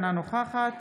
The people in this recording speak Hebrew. אינה נוכחת